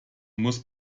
muss